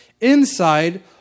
inside